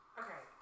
okay